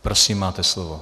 Prosím, máte slovo.